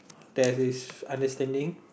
that is understanding